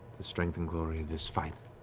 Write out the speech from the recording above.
the strength and glory of this fight